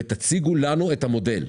ותציגו לנו את המודל.